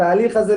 התהליך הזה,